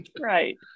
Right